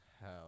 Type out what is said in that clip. Hell